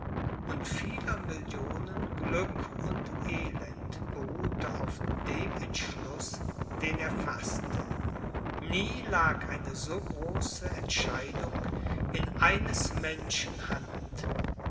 und vieler millionen glück und elend beruhte auf dem entschluß den er faßte nie lag eine so große entscheidung in eines menschen hand